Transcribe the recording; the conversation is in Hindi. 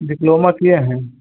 डिप्लोमा किए हैं